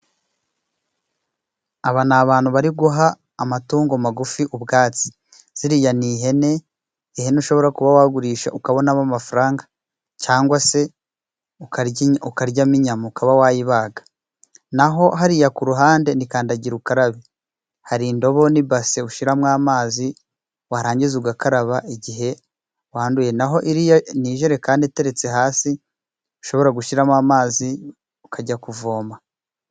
Aba ni abantu bari guha amatungo magufi ubwatsi. Ziriya ni ihene, ihene ushobora kuba wagurisha ukabonamo amafaranga cyangwa se ukaryamo inyama ukaba wayibaga. Naho hariya ku ruhande ni kandagira ukarabe, hari indobo n'ibase ushiramo amazi, warangiza ugakaraba igihe wanduye naho iriya ni ijerekani iteretse hasi, ishobora gushiramo amazi ukajya kuvoma.